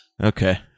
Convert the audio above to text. Okay